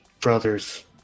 brothers